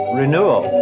renewal